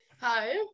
Hi